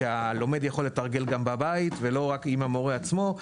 שהלומד יכול לתרגל גם בבית ולא רק עם המורה עצמו,